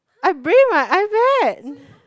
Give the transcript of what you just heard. I bring my iPad